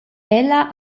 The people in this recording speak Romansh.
ella